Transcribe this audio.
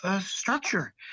structure